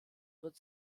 wird